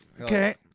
Okay